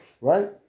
right